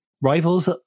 rivals